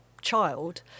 child